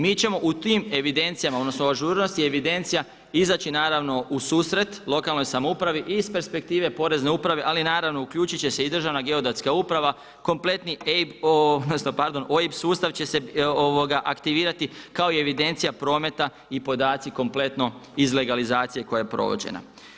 Mi ćemo u tim evidencijama, odnosno u ažurnosti evidencija izaći naravno u susret lokalnoj samoupravi i iz perspektive porezne uprave ali i naravno uključiti će se i državna geodetska uprava, kompletni OIB sustav će se aktivirati kao i evidencija prometa i podaci kompletno iz legalizacije koja je provođena.